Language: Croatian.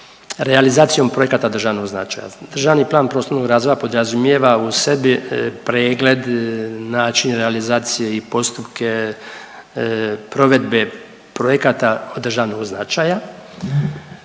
realizacijom projekata državnog značaja. Državni plan prostornog razvoja podrazumijeva u sebi pregled, način realizacije i postupke provedbe projekata od državnog značaja.